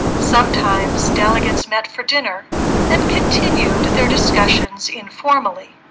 sometimes delegates met for dinner and continued their discussions informally,